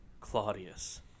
Claudius